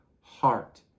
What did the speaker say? heart